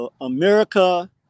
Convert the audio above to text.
America